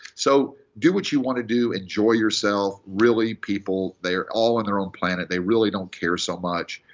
so do what you want to do. enjoy yourself. really, people, they are all on their own planet. they really don't care so much.